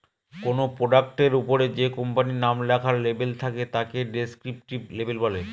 কোনো প্রোডাক্টের ওপরে যে কোম্পানির নাম লেখার লেবেল থাকে তাকে ডেস্ক্রিপটিভ লেবেল বলে